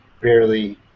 barely